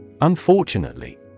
Unfortunately